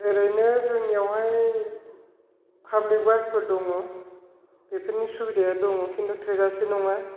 ओरैनो जोंनियावहाय पाब्लिक बासफोर दङ बेफोरनि सुबिदाया दङ खिन्थु थोजासे नङा